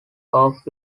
off